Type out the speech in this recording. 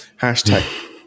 hashtag